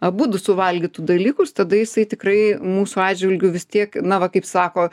abudu suvalgytų dalykus tada jisai tikrai mūsų atžvilgiu vis tiek na va kaip sako